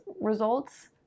results